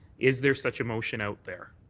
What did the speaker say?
is there such a motion out there?